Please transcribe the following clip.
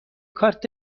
کارت